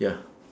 ya